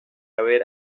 haber